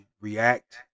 react